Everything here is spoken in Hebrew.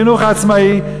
לחינוך העצמאי,